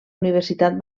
universitat